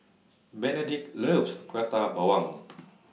Benedict loves Prata Bawang